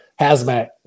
hazmat